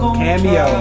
cameo